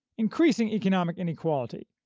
increasing economic inequality,